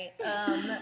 right